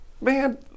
man